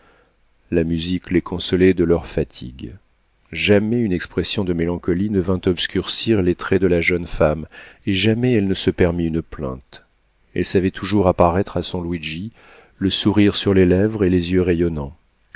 la musique les consolait de leurs fatigues jamais une expression de mélancolie ne vint obscurcir les traits de la jeune femme et jamais elle ne se permit une plainte elle savait toujours apparaître à son luigi le sourire sur les lèvres et les yeux rayonnants